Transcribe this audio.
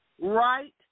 Right